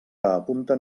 apunten